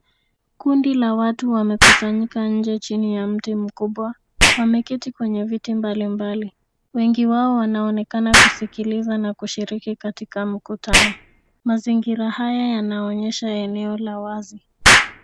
Kundi la watu wamekusanyika nje chini ya mti mkubwa. Wameketi kwenye viti mbali mbali. Wengi wao wanaonekana kusikiliza na kushiriki katika mkutano. Mazingira hayo yanaonyesha eneo la wazi.